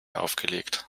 aufgelegt